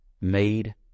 made